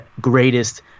greatest